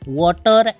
water